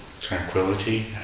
tranquility